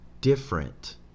different